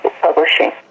Publishing